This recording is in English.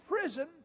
prison